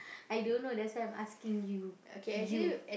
I don't know that's why I'm asking you you